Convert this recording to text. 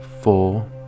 four